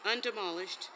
undemolished